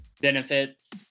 benefits